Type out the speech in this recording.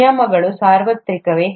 ನಿಯಮಗಳು ಸಾರ್ವತ್ರಿಕವೇ